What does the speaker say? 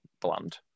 bland